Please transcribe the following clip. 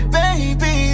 baby